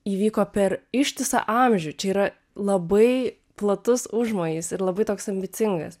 įvyko per ištisą amžių čia yra labai platus užmojis ir labai toks ambicingas